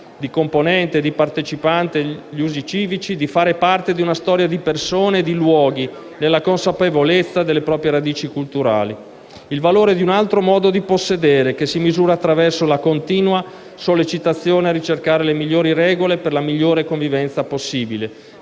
in qualità di partecipante agli usi civici, di far parte di una storia di persone e di luoghi, nella consapevolezza delle proprie radici culturali e il valore di un «altro modo di possedere» che si misura attraverso la continua sollecitazione a ricercare le migliori regole per la migliore convivenza possibile,